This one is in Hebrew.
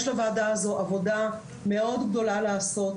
יש לוועדה הזאת עבודה מאוד גדולה לעשות,